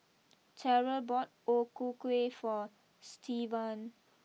Terrell bought O Ku Kueh for Stevan